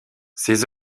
ses